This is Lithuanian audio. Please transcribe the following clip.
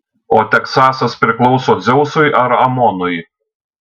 o teksasas priklauso dzeusui ar amonui